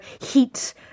heat